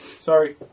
sorry